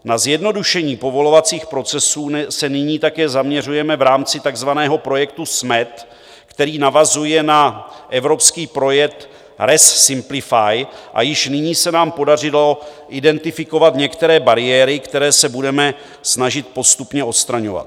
Na zjednodušení povolovacích procesů se nyní také zaměřujeme v rámci takzvaného projektu SMED, který navazuje na evropský projekt RES Simplify, a již nyní se nám podařilo identifikovat některé bariéry, které se budeme snažit postupně odstraňovat.